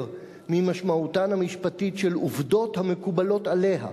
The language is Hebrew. ממשמעותן המשפטית של עובדות המקובלות עליה.